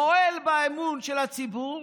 הוא מועל באמון של הציבור,